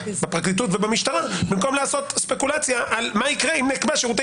בפרקליטות ובמשטרה במקום לעשות ספוקלציה מה יקרה אם נקבע שירותי